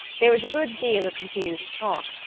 there was a good deal of confused talk,